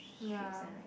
ya